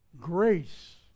grace